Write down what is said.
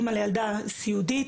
אימא לילדה סיעודית,